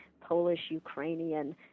Polish-Ukrainian